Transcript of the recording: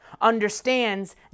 understands